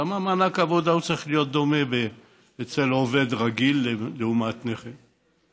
למה מענק עבודה צריך להיות דומה אצל עובד רגיל ואצל נכה?